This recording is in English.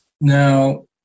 Now